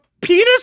penis